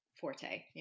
forte